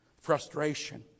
frustration